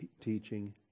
teaching